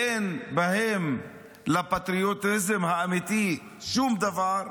אין בינם לבין פטריוטיזם אמיתי שום דבר,